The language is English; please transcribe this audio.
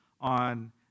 on